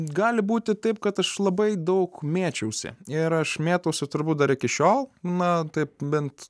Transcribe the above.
gali būti taip kad aš labai daug mėčiausi ir aš mėtausi turbūt dar iki šiol na taip bent